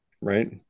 right